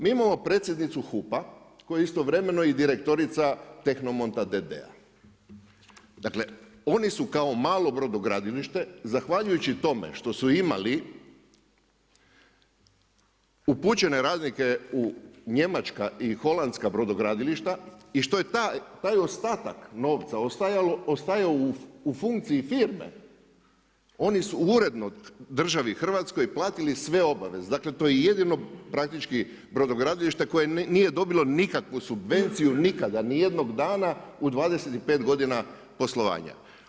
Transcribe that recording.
Mi imamo predsjednicu HUP-a koja je istovremeno i direktorica TEHNOMONT d.d., dakle, oni su kao malo brodogradilište zahvaljujući tome što su imali upućene radnike u njemačka i holandska brodogradilišta i što je taj ostatak novca ostajao u funkciji firme, oni su uredno državi Hrvatskoj platili sve obaveze, dakle to je jedino praktički brodogradilište koje nije dobilo nikakvu subvenciju, nikada ni jednog dana, u 25 godina poslovanja.